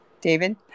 David